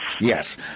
Yes